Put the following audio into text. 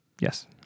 Yes